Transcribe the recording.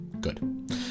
Good